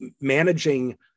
managing